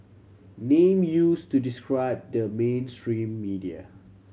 name used to describe the mainstream media